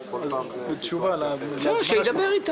הוא ידבר איתי